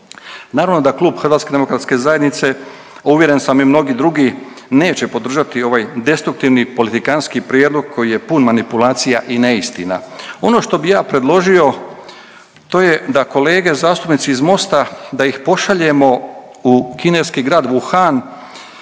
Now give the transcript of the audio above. Naravno da Klub HDZ-a, a uvjeren sam i mnogi drugi, neće podržati ovaj destruktivni politikanski prijedlog koji je pun manipulacija i neistina. Ono što bi ja predložio to je da kolege zastupnici iz Mosta da ih pošaljemo u kineski grad Wuhan